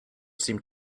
seemed